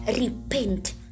Repent